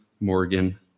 morgan